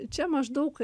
čia maždaug